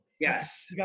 Yes